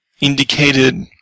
indicated